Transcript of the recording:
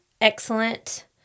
excellent